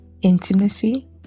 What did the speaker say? intimacy